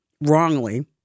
wrongly